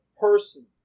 person